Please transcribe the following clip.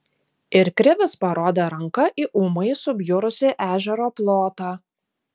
ir krivis parodė ranka į ūmai subjurusį ežero plotą